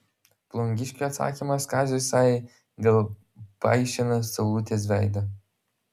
plungiškio atsakymas kaziui sajai dėl paišino saulutės veido